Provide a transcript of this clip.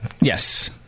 Yes